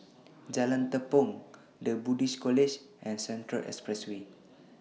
Jalan Tepong The Buddhist College and Central Expressway